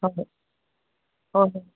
ꯍꯣꯏ ꯍꯣꯏ ꯍꯣꯏ ꯍꯣꯏ